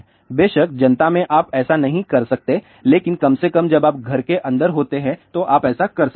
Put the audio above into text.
बेशक जनता में आप ऐसा नहीं कर सकते लेकिन कम से कम जब आप घर के अंदर होते हैं तो आप ऐसा कर सकते हैं